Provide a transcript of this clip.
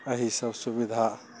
अही सब सुविधा